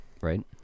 Right